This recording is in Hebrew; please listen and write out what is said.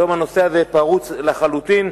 היום הנושא הזה פרוץ לחלוטין.